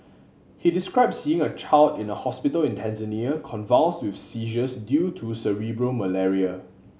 he described seeing a child in a hospital in Tanzania convulsed with seizures due to cerebral malaria